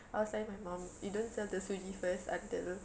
I'll tell my mum you don't sell the suji first until